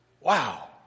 Wow